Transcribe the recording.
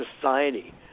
society